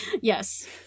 Yes